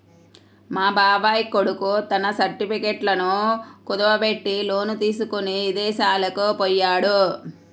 మా బాబాయ్ కొడుకు తన సర్టిఫికెట్లను కుదువబెట్టి లోను తీసుకొని ఇదేశాలకు పొయ్యాడు